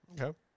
Okay